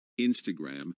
Instagram